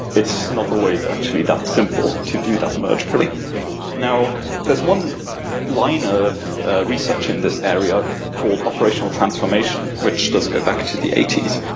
it's not always actually that simple to do that merge now there's one liner of research in this area called operational transformation, which does go back to the eighty s,